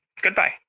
Goodbye